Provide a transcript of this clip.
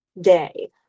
Day